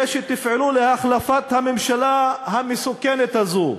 כדי שתפעלו להחלפת הממשלה המסוכנת הזאת.